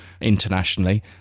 internationally